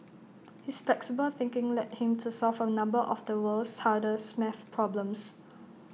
his flexible thinking led him to solve A number of the world's hardest math problems